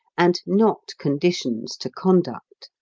and not conditions to conduct.